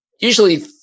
usually